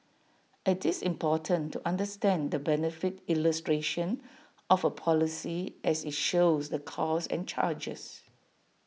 IT is important to understand the benefit illustration of A policy as IT shows the costs and charges